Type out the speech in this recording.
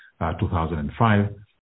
2005